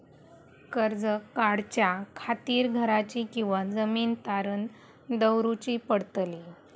कर्ज काढच्या खातीर घराची किंवा जमीन तारण दवरूची पडतली?